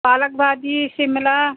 पालक भाजी शिमला